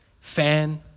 Fan